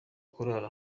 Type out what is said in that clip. kurara